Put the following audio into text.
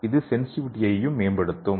இது சென்சிட்டிவிட்டியையும் மேம்படுத்தும்